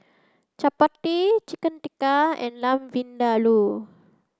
Chapati Chicken Tikka and Lamb Vindaloo